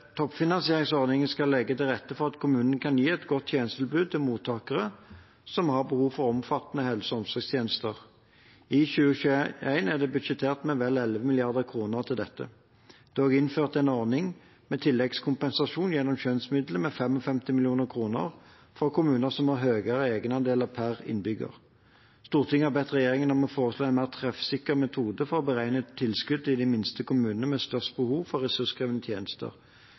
Toppfinansieringsordningen skal legge til rette for at kommunene kan gi et godt tjenestetilbud til mottakere som har behov for omfattende helse- og omsorgstjenester. I 2021 er det budsjettert med vel 11 mrd. kr til dette. Det er også innført en ordning med tilleggskompensasjon gjennom skjønnsmidlene, med 55 mill. kr for kommuner som har høyere egenandeler per innbygger. Stortinget har bedt regjeringen om å foreslå en mer treffsikker metode for å beregne tilskudd til de minste kommunene med størst behov for ressurskrevende tjenester.